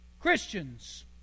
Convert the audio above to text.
Christians